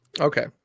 Okay